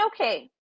okay